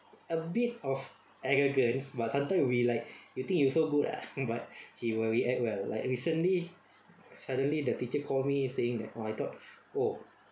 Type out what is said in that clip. a bit of arrogance but until we like you think you so good ah but he will react well like recently suddenly the teacher call me saying that !wah! I thought oh